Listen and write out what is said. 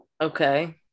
Okay